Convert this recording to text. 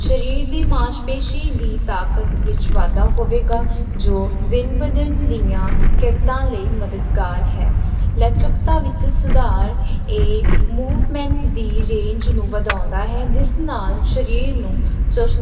ਸਰੀਰ ਦੀ ਮਾਸ਼ਪੇਸ਼ੀ ਦੀ ਤਾਕਤ ਵਿੱਚ ਵਾਧਾ ਹੋਵੇਗਾ ਜੋ ਦਿਨ ਬ ਦਿਨ ਦੀਆਂ ਕਿਰਤਾਂ ਲਈ ਮਦਦਗਾਰ ਹੈ ਲਚਕਤਾ ਵਿੱਚ ਸੁਧਾਰ ਇਹ ਮੂਵਮੈਂਟ ਦੀ ਰੇਂਜ ਨੂੰ ਵਧਾਉਂਦਾ ਹੈ ਜਿਸ ਨਾਲ ਸਰੀਰ ਨੂੰ ਚੁਸਤ